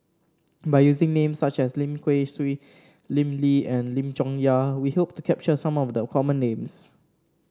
by using names such as Lim Kay Siu Lim Lee and Lim Chong Yah we hope to capture some of the common names